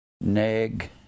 neg